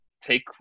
take